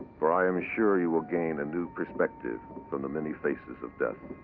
for i am sure you will gain a new perspective from the many faces of death.